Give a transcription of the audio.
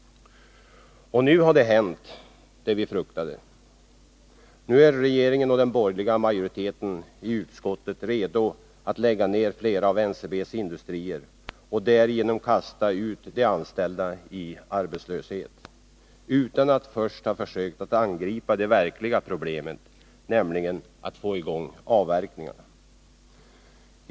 Nu har det hänt, det vi fruktade. Nu är regeringen och den borgerliga majoriteten i utskottet redo att lägga ned flera av NCB:s industrier och därigenom kasta ut de anställda i arbetslöshet, utan att först ha försökt att angripa det verkliga problemet, nämligen att få i gång avverkningarna.